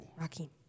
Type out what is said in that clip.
Rocky